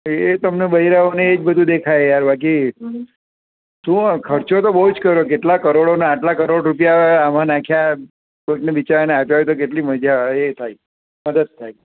એ તમને બૈરાઓને એ જ બધું દેખાય યાર બાકી શું ખર્ચો તો બહુ જ કર્યો કેટલા કરોડોના આટલા કરોડ રૂપિયા આમાં નાખ્યા કોઈકને બિચારને આપ્યા હોય તો કેટલી મજા આવે એ થાય મદદ થાય